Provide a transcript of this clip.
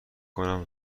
کردم